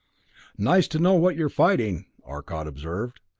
nice to know what you're fighting, arcot observed.